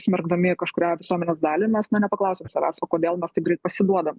smerkdami kažkurią visuomenės dalį mes na nepaklausiame savęs o kodėl mes taip greit pasiduodam